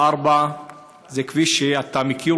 כבוד השר, כביש 444 זה כביש שאתה מכיר.